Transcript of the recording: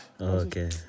okay